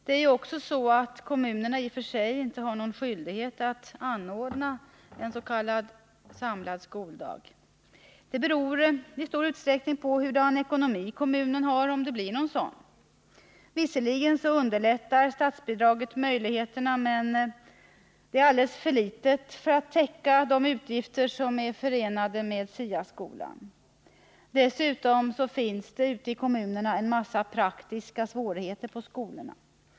Det är ju också så att kommunerna i och för sig inte har någon skyldighet att anordna en s.k. samlad skoldag. Om det blir någon sådan beror i stor utsträckning på hurdan ekonomi kommunen har. Visserligen underlättar statsbidraget möjligheterna, men det är alldeles för litet för att täcka de utgifter som är förenade med SIA-skolan. Dessutom finns det ute i kommunerna en mängd praktiska svårigheter på skolorna.